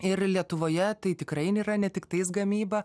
ir lietuvoje tai tikrai nėra ne tiktais gamyba